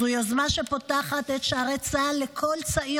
זו יוזמה שפותחת את שערי צה"ל לכל צעיר